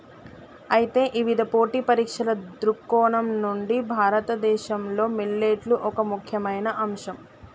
అయితే ఇవిధ పోటీ పరీక్షల దృక్కోణం నుండి భారతదేశంలో మిల్లెట్లు ఒక ముఖ్యమైన అంశం